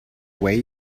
way